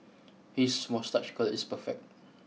his moustache curl is perfect